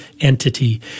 entity